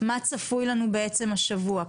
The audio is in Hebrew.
מה צפוי לנו בעצם השבוע?